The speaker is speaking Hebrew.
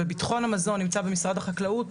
ובטחון המזון נמצא במשרד החקלאות,